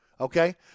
Okay